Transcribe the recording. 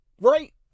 Right